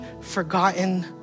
forgotten